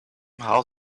how